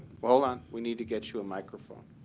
hold on. we need to get you a microphone.